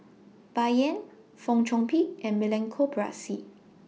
Bai Yan Fong Chong Pik and Milenko Prvacki